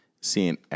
seeing